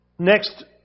Next